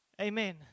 Amen